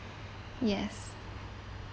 yes